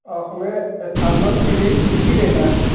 और हमें स्थान के लिए टी सी लेना है